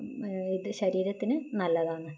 ഇത് ശരീരത്തിന് നല്ലതാണ്